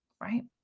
Right